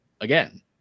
again